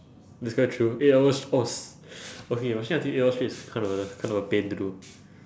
it's quite true eight hours oh s~ okay brushing your teeth eight hours straight is kind of a kind of a pain to do